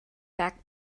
back